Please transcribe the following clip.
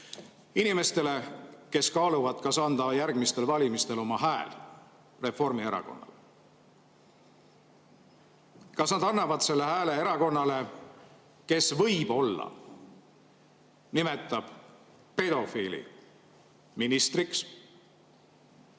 inimestele, kes kaaluvad, kas anda järgmistel valimistel oma hääl Reformierakonnale. Kas nad annavad selle hääle erakonnale, kes võib-olla nimetab pedofiili ministriks?